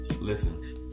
Listen